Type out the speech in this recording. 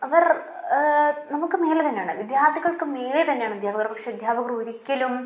അവർ നമുക്ക് മേലെ തന്നെയാണ് വിദ്യാർത്ഥികൾക്ക് മേ തന്നെയാണദ്ധ്യാപകർ പക്ഷെ അദ്ധ്യാപകരൊരിക്കലും